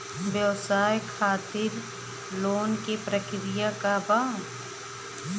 व्यवसाय खातीर लोन के प्रक्रिया का बा?